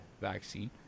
vaccine